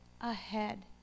ahead